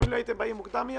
אם הייתם באים מוקדם,